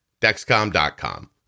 Dexcom.com